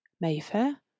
Mayfair